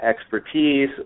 expertise